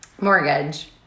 mortgage